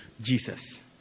Jesus